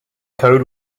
code